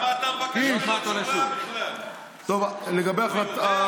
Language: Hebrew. רגע, רגע, למה אתה מבקש ממנו תשובה בכלל?